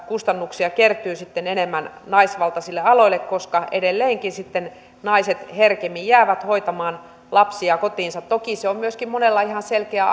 kustannuksia kertyy sitten enemmän naisvaltaisille aloille koska edelleenkin naiset herkemmin jäävät hoitamaan lapsia kotiinsa toki se on monella myöskin ihan selkeä